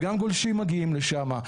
גם גולשים מגיעים לשם.